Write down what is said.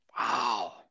Wow